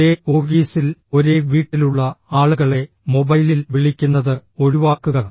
ഒരേ ഓഫീസിൽ ഒരേ വീട്ടിലുള്ള ആളുകളെ മൊബൈലിൽ വിളിക്കുന്നത് ഒഴിവാക്കുക